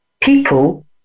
people